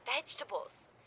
vegetables